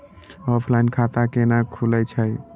Offline खाता कैना खुलै छै?